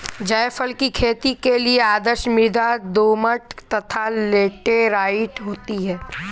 जायफल की खेती के लिए आदर्श मृदा दोमट तथा लैटेराइट होती है